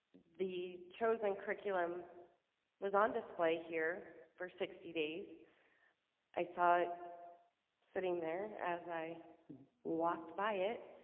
the chosen curriculum was on display here for sixty days i saw it sitting there as i walked by it